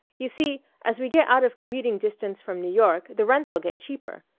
you see, as we get out of commuting distance from new york, the rents'll get cheaper,